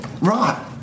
Right